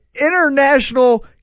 international